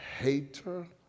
hater